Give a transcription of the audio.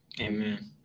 Amen